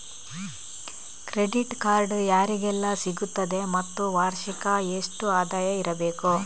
Credit card ಯಾರಿಗೆಲ್ಲ ಸಿಗುತ್ತದೆ ಮತ್ತು ವಾರ್ಷಿಕ ಎಷ್ಟು ಆದಾಯ ಇರಬೇಕು?